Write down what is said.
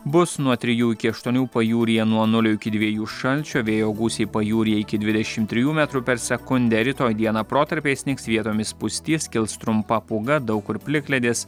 bus nuo trijų iki aštuonių pajūryje nuo nulio iki dviejų šalčio vėjo gūsiai pajūryje iki dvidešim trijų metrų per sekundę rytoj dieną protarpiais snigs vietomis pustys kils trumpa pūga daug kur plikledis